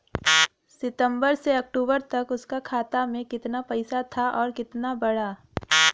सितंबर से अक्टूबर तक उसका खाता में कीतना पेसा था और कीतना बड़ा?